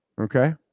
Okay